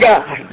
God